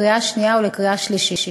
לקריאה שנייה ולקריאה שלישית.